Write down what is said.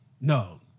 No